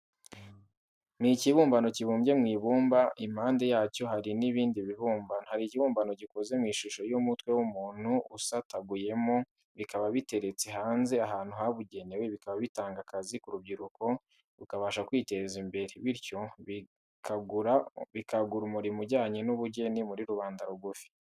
Ni ikibumbano kibumbye mu ibumba impande yacyo hari n'ibindi bibumbano. Hari ikibumbano gikoze mu ishusho y'umutwe w'umuntu usataguyemo, bikaba biteretse hanze ahantu habugenewe, bikaba bitanga akazi ku rubyiruko rukabasha kwiteza imbere, bityo bikagura umurimo ujyanye n'ubugeni muri rubanda rugufi.